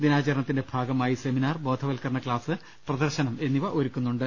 ദിനാചരണ ത്തിന്റെ ഭാഗമായി സെമിനാർ ബോധവത്കരണ ക്ലാസ് പ്രദർശനം എന്നിവ ഒരു ക്കുന്നുണ്ട്